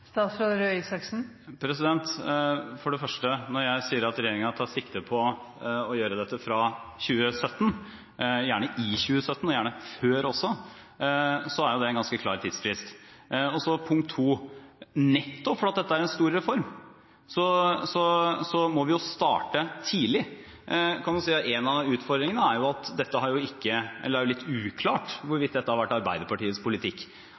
For det første, når jeg sier at regjeringen tar sikte på å gjøre dette fra 2017 – gjerne i 2017 og gjerne før også – så er det en ganske klar tidsfrist. Så punkt to: Nettopp fordi dette er en stor reform, må vi jo starte tidlig. Man kan si en av utfordringene er at det er litt uklart hvorvidt dette har